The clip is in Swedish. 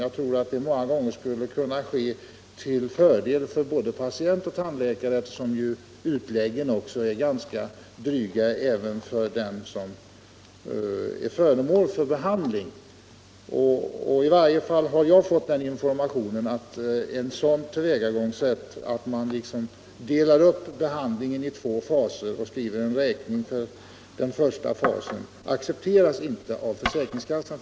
Jag tror att det många gånger skulle vara till fördel för både patient och tandläkare, eftersom utläggen är ganska dryga även för den som är föremål för behandlingen. Jag har som sagt fått informationen att tillvägagångssättet att dela upp behandlingen i två faser och skriva räkning för den första fasen f.n. inte accepteras av försäkringskassan.